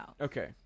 Okay